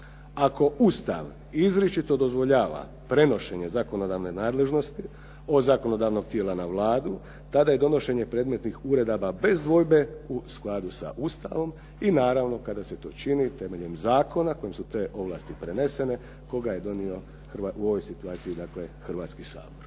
Ako Ustav izričito dozvoljava prenošenje zakonodavne nadležnosti od zakonodavnog tijela na Vladu tada je donošenje predmetnih uredaba bez dvojbe u skladu sa Ustavom i naravno kada se to čini temeljem zakona kojim su te ovlasti prenesene kojeg je donio u ovoj situaciji dakle Hrvatski sabor.